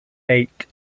eight